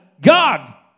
God